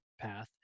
path